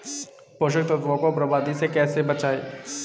पोषक तत्वों को बर्बादी से कैसे बचाएं?